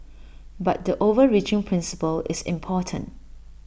but the overreaching principle is important